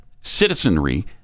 citizenry